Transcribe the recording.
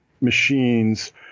machines